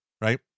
right